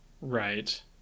Right